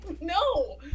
No